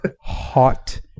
hot